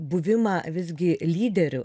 buvimą visgi lyderiu